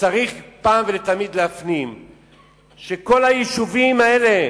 צריך אחת ולתמיד להפנים שכל היישובים האלה